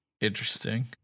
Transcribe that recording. Interesting